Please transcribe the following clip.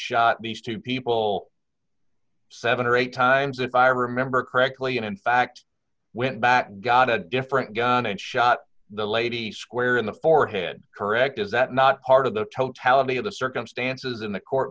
shot these two people seven or eight times if i remember correctly and in fact went back got a different gun and shot the lady square in the forehead correct is that not part of the totality of the circumstances in the court